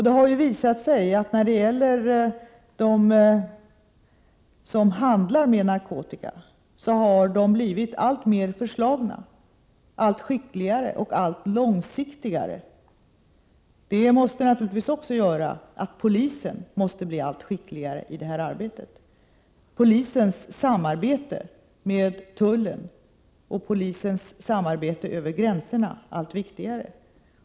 Det har visat sig att de som handlar med narkotika har blivit alltmer förslagna, allt skickligare och allt långsiktigare i sin verksamhet. Det gör naturligtvis att polisen också måste bli allt skickligare. Polisens samarbete Prot. 1987/88:65 med tullen och polisens samarbete över gränserna blir allt viktigare.